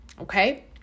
Okay